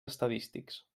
estadístics